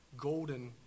golden